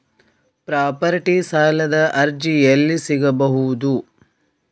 Property ಸಾಲದ ಅರ್ಜಿ ಎಲ್ಲಿ ಸಿಗಬಹುದು?